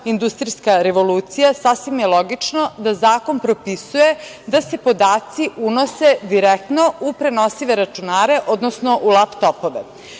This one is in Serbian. industrijska revolucija, sasvim je logično da zakon propisuje da se podaci unose direktno u prenosive računare, odnosno u laptopove.